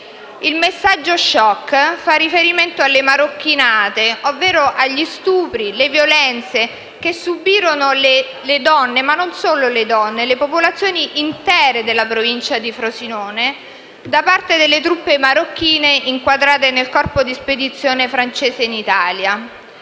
Il messaggio *shock* fa riferimento alle marocchinate, ovvero agli stupri e alle violenze che subirono non solo le donne, ma l'intera popolazione della provincia di Frosinone da parte delle truppe marocchine inquadrate nel corpo di spedizione francese in Italia.